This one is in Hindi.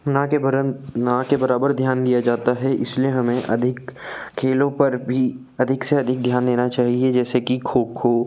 ना के परंत ना के बराबर ध्यान दिया जाता है इस लिए हमें अधिक खेलों पर भी अधिक से अधिक ध्यान देना चाहिए जैसे कि खो खो